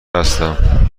هستم